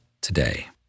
today